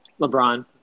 LeBron